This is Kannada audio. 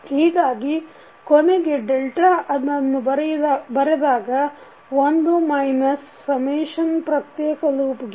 ಹೀಗಾಗಿ ಕೊನೆಗೆ ಡೆಲ್ಟಾ ಅದನ್ನು ಬರೆದಾಗ 1 ಮೈನಸ್ ಸಮೇಷನ್ ಪ್ರತ್ಯೇಕ ಲೂಪ್ ಗೇನ್